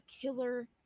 killer